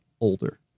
older